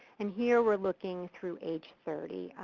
and here, were looking through age thirty.